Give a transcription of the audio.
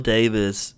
Davis